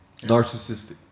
narcissistic